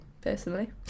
personally